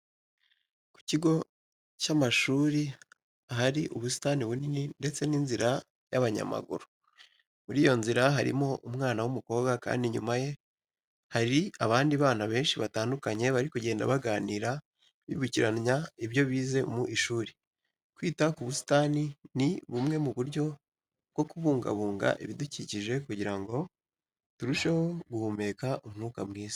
Ku kigo cy'amashuri ahari ubusitani bunini ndetse n'inzira y'abanyamaguru. Muri iyo nzira harimo umwana w'umukobwa kandi inyuma ye hari abandi bana benshi batandukanye bari kugenda baganira bibukiranya ibyo bize mu ishuri. Kwita ku busitani ni bumwe mu buryo bwo kubungabunga ibidukikije, kugira ngo turusheho guhumeka umwuka mwiza.